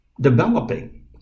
developing